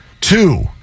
Two